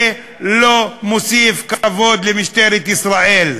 זה לא מוסיף כבוד למשטרת ישראל.